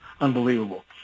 unbelievable